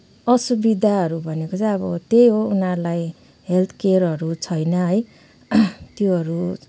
असुविधाहरू भनेको चाहिँ अब त्यही हो उनीहरूलाई हेल्थकेयरहरू छैन है त्योहरू